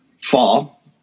fall